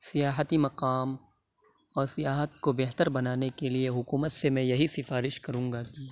سیاحتی مقام اور سیاحت کو بہتر بنانے کے لیے حکومت سے میں یہی سفارش کروں گا کہ